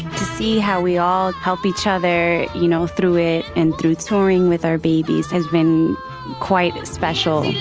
to see how we all help each other, you know, through it and through touring with our babies has been quite special